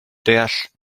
deall